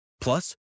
Plus